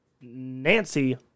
Nancy